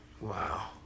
Wow